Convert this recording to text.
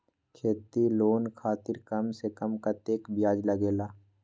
खेती लोन खातीर कम से कम कतेक ब्याज लगेला?